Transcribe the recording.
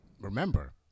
remember